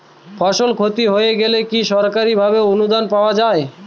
ফসল ক্ষতি হয়ে গেলে কি সরকারি ভাবে অনুদান পাওয়া য়ায়?